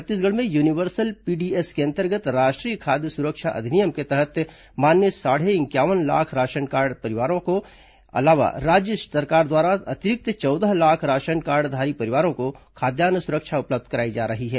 छत्तीसगढ़ में universal PDS के अंतर्गत राष्ट्रीय खाद्य सुरक्षा अधिनियम के तहत मान्य साढ़े इंक्यावन लाख राशनकार्डधारी परिवारों के अलावा राज्य सरकार द्वारा अतिरिक्त चौदह लाख राशनकार्डधारी परिवारों को खाद्यान्न सुरक्षा उपलब्ध करायी जा रही है